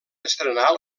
estrenar